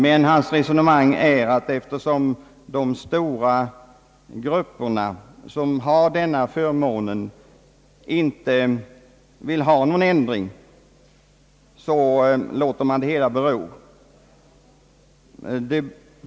Herr Strands re sonemang går emellertid ut på att man, eftersom de stora grupper som nu har denna förmån inte själva vill ha någon ändring, bör låta det hela bero.